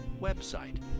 website